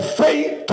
faith